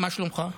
מה שלומך?